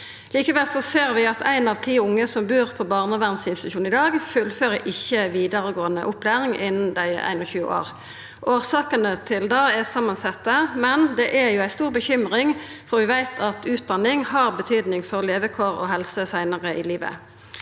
Likevel ser vi at éin av ti unge som bur på barnevernsinstitusjon i dag, ikkje fullfører vidaregåande opplæring innan dei er 21 år. Årsakene til det er samansette, men det er jo ei stor bekymring, for vi veit at utdanning har betydning for levekår og helse seinare i livet.